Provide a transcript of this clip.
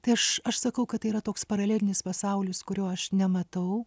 tai aš aš sakau kad tai yra toks paralelinis pasaulis kurio aš nematau